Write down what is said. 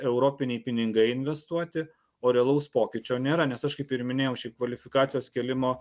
europiniai pinigai investuoti o realaus pokyčio nėra nes aš kaip ir minėjau kvalifikacijos kėlimo